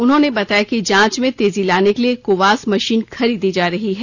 उन्होंने बताया कि जांच में तेजी लाने के लिए कोवास मशीन खरीदी जा रही है